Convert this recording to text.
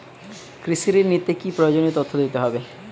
কৃষি ঋণ নিতে কি কি প্রয়োজনীয় তথ্য দিতে হবে?